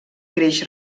creix